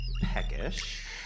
peckish